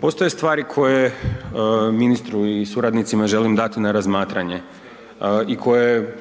Postoje stvari koje ministru i suradnicima želim dati na razmatranje i koje